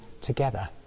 together